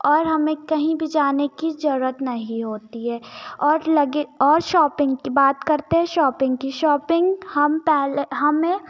और हमें कहीं भी जाने की ज़रूरत नहीं होती है और लगे और शॉपिंग की बात करते हैं शॉपिंग हम पहले हमें